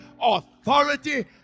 authority